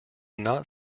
not